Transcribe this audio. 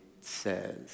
says